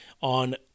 on